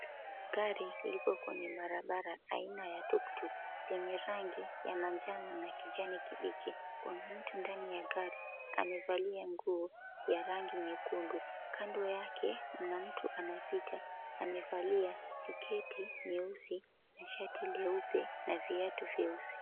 Gari liko kwenye barabara, aina ya tuk tuk yenye rangi ya manjano na kijani kibichi. Kuna mtu ndani ya gari amevalia nguo ya rangi nyekundu. Kando yake, mna mtu anapita, amevalia sketi nyeusi, shati leupe, na viatu vyeusi.